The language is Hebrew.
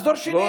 אז דורשים מהם,